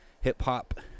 hip-hop